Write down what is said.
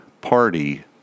party